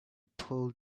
pull